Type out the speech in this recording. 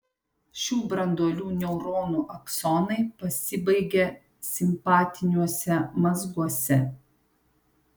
šių branduolių neuronų aksonai pasibaigia simpatiniuose mazguose